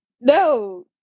no